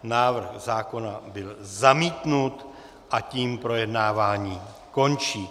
Návrh zákona byl zamítnut a tím projednávání končí.